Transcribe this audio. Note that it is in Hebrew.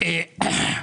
בבקשה.